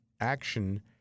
action